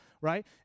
right